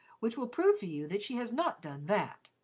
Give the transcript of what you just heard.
which will prove to you that she has not done that.